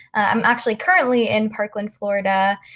i'm actually currently in parkland, florida.